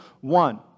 one